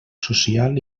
social